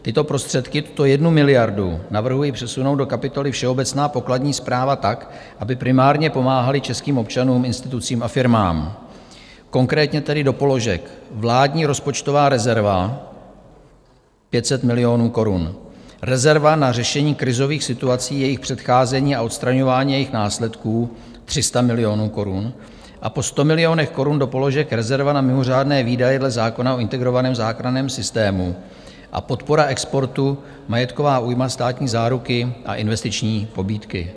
Tyto prostředky, tuto 1 miliardu, navrhuji přesunout do kapitoly Všeobecná pokladní správa tak, aby primárně pomáhaly českým občanům, institucím a firmám, konkrétně tedy do položek Vládní rozpočtová rezerva 500 milionů korun, Rezerva na řešení krizových situací, jejich předcházení a odstraňování jejich následků 300 milionů korun a po 100 milionech korun do položek Rezerva na mimořádné výdaje dle zákona o Integrovaném záchranném systému a Podpora exportu, Majetková újma, Státní záruky a Investiční pobídky.